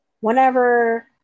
whenever –